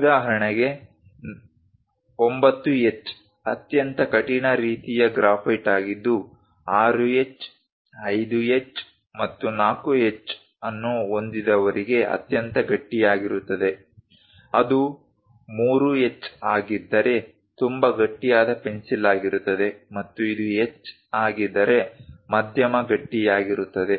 ಉದಾಹರಣೆಗೆ 9H ಅತ್ಯಂತ ಕಠಿಣ ರೀತಿಯ ಗ್ರ್ಯಾಫೈಟ್ ಆಗಿದ್ದು 6H 5H ಮತ್ತು 4H ಅನ್ನು ಹೊಂದಿರುವವರಿಗೆ ಅತ್ಯಂತ ಗಟ್ಟಿಯಾಗಿರುತ್ತದೆ ಅದು 3H ಆಗಿದ್ದರೆ ತುಂಬಾ ಗಟ್ಟಿಯಾದ ಪೆನ್ಸಿಲ್ ಆಗಿರುತ್ತದೆ ಮತ್ತು ಇದು H ಆಗಿದ್ದರೆ ಮಧ್ಯಮ ಗಟ್ಟಿಯಾಗಿರುತ್ತದೆ